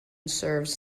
serves